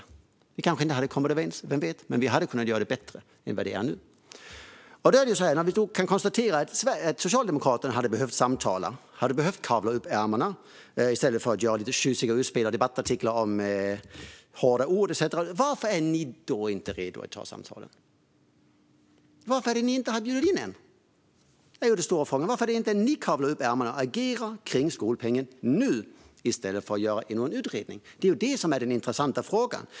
Vem vet, vi kanske inte hade kommit överens - men vi hade kunnat göra det bättre än det är nu. Man kan konstatera att Socialdemokraterna hade behövt samtala, och att de hade behövt kavla upp ärmarna i stället för att göra tjusiga utspel och skriva debattartiklar med hårda ord. Men varför är ni i regeringen inte redo att ta samtalet? Varför har ni inte bjudit in än? Det är den stora frågan. Varför har inte ni kavlat upp ärmarna och agerat kring skolpengen nu i stället för att tillsätta ännu en utredning? Det är den intressanta frågan.